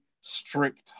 strict